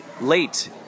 Late